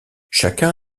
chacun